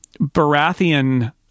baratheon